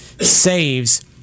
saves